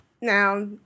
Now